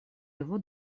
его